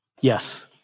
yes